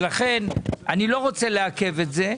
ולכן אני לא רוצה לעכב את זה.